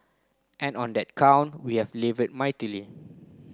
and on that count we have laboured mightily